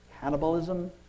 Cannibalism